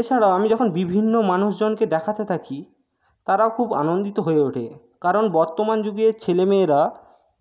এছাড়াও আমি যখন বিভিন্ন মানুষজনকে দেখাতে থাকি তারাও খুব আনন্দিত হয়ে ওঠে কারণ বর্তমান যুগের ছেলেমেয়েরা